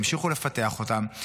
ימשיכו לפתח אותן.